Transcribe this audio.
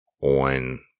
on